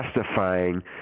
justifying